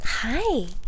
Hi